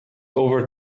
over